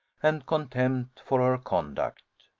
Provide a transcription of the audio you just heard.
and contempt for her conduct.